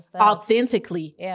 authentically